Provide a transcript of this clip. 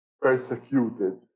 persecuted